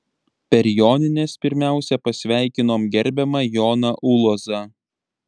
per jonines pirmiausia pasveikinom gerbiamą joną ulozą